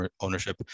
ownership